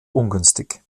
ungünstig